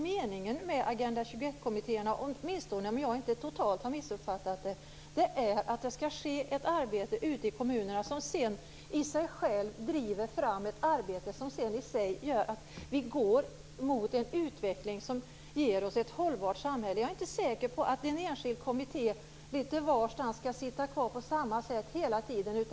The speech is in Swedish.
Meningen med Agenda 21-kommittéerna är, åtminstone om jag inte totalt har missuppfattat saken, att de skall bedriva ett arbete ute i kommunerna som driver fram en utveckling mot ett hållbart samhälle. Jag är inte säker på att några enskilda kommittéer litet varstans kan bedriva verksamhet på samma sätt hela tiden.